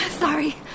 Sorry